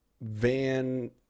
van